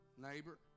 Neighbor